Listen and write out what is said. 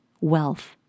wealth